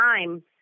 time